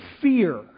fear